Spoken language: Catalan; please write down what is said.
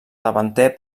davanter